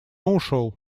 ушел